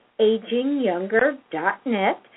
agingyounger.net